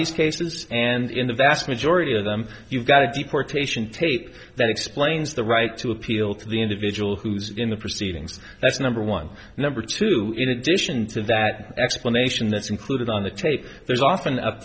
these cases and in the vast majority of them you've got a deportation tape that explains the right to appeal to the individual who's in the proceedings that's number one and number two in addition to that explanation that's included on the tape there's often